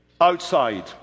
outside